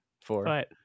four